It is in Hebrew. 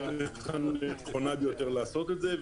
לדרך הנכונה ביותר לעשות את זה.